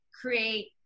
create